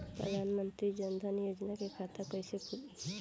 प्रधान मंत्री जनधन योजना के खाता कैसे खुली?